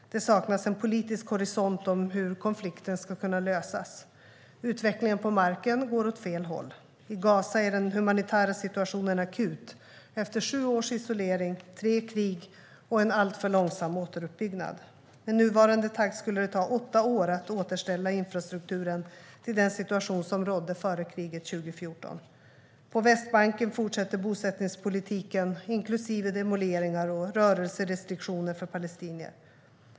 Det saknas en politisk horisont om hur konflikten ska kunna lösas. Utvecklingen på marken går åt fel håll. I Gaza är den humanitära situationen akut efter sju års isolering, tre krig och en alltför långsam återuppbyggnad. Med nuvarande takt skulle det ta åtta år att återställa infrastrukturen till den situation som rådde före kriget 2014. På Västbanken fortsätter bosättningspolitiken, inklusive demoleringar och rörelserestriktioner för palestinier.